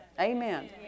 Amen